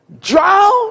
drown